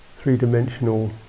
three-dimensional